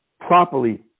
properly